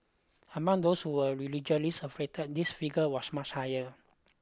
among those who were religiously affiliated this figure was much higher